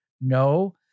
No